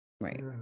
right